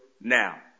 now